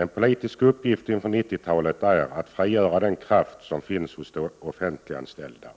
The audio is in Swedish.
En politisk uppgift inför 90-talet är att frigöra den kraft som finns hos de offentliganställda.